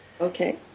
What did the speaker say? Okay